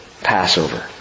Passover